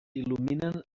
il·luminen